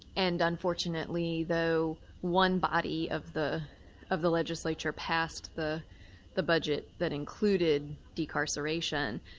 and unfortunately though one body of the of the legislature passed the the budget that included decarceration,